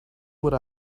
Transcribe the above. what